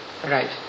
Right